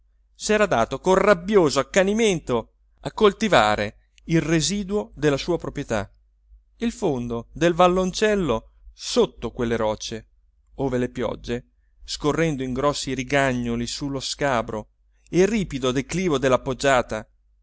appelli s'era dato con rabbioso accanimento a coltivare il residuo della sua proprietà il fondo del valloncello sotto quelle rocce ove le piogge scorrendo in grossi rigagnoli su lo scabro e ripido declivio della poggiata